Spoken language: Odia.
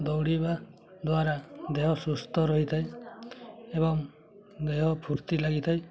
ଦୌଡ଼ିବା ଦ୍ୱାରା ଦେହ ସୁସ୍ଥ ରହିଥାଏ ଏବଂ ଦେହ ଫୁର୍ତ୍ତି ଲାଗିଥାଏ